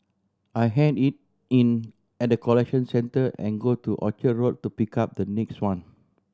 I hand it in at the collection centre and go to Orchard Road to pick up the next one